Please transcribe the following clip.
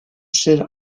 ser